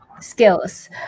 skills